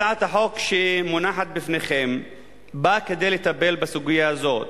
הצעת החוק שמונחת בפניכם באה לטפל בסוגיה זו.